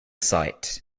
site